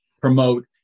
promote